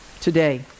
today